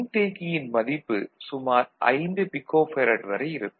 மின்தேக்கியின் மதிப்பு சுமார் 5 பிகோபேரட் வரை இருக்கும்